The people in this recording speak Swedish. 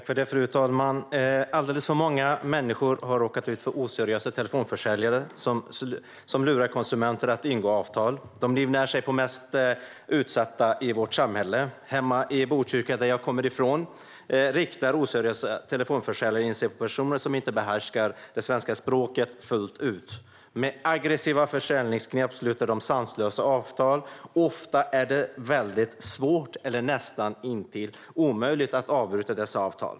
Fru talman! Alldeles för många människor har råkat ut för oseriösa telefonförsäljare som lurar konsumenter att ingå avtal. De livnär sig på de mest utsatta i vårt samhälle. I Botkyrka, som jag kommer från, riktar oseriösa telefonförsäljare in sig på personer som inte behärskar svenska språket fullt ut. Med aggressiva försäljningsknep sluter de sanslösa avtal, som det ofta är svårt eller näst intill omöjligt att bryta.